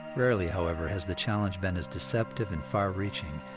rarely, however, has the challenge been as deceptive and far reaching.